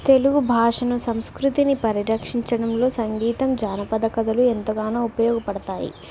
తెలుగు భాషను సంస్కృతిని పరిరక్షించడంలో సంగీతం జానపద కథలు ఎంతగానో ఉపయోగపడతాయి